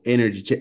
Energy